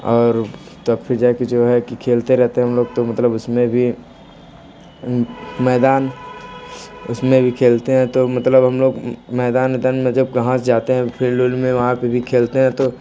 और तब फिर जा के जो है कि खेलते रहते है हम लोग तो मतलब उसमें भी मैदान उसमें भी खेलते हैं तो मतलब हम लोग मैदान उइदान में जब घास जाते हैं फील्ड विल्ड में वहाँ पे भी खेलते हैं तो